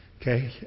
Okay